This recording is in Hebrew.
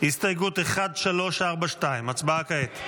הסתייגות 1342. הצבעה כעת.